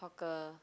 hawker